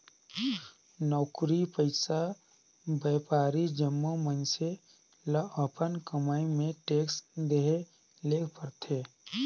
नउकरी पइसा, बयपारी जम्मो मइनसे ल अपन कमई में टेक्स देहे ले परथे